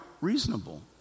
reasonable